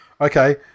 Okay